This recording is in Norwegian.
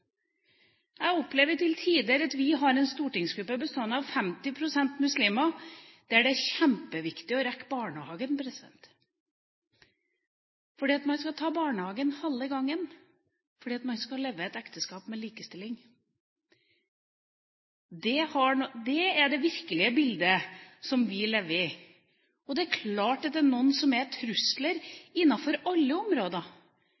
jeg opplever. Vi har en stortingsgruppe bestående av 50 pst. muslimer, og til tider opplever jeg at det er kjempeviktig å rekke barnehagen, fordi man skal hente i barnehagen annenhver gang, fordi man skal leve i et ekteskap med likestilling. Det er det virkelige bildet som vi lever i, og det er klart at det er noen trusler på alle områder, men kanskje er